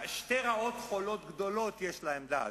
שתי רעות חולות גדולות יש בעמדה הזו.